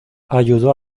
ayudó